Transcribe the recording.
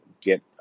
get